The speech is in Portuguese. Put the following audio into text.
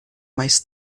mais